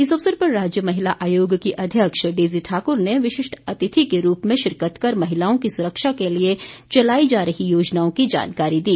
इस अवसर पर राज्य महिला आयोग की अध्यक्ष डेजी ठाकुर ने विशिष्ट अतिथि के रूप में शिरकत कर महिलाओं की सुरक्षा के लिए चलाई जा रही योजनाओं की जानकारी दी